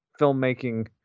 filmmaking